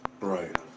Right